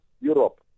Europe